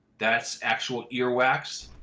that's actual ear wax.